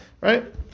right